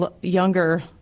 younger